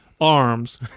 arms